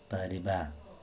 ପାରିବା